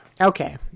okay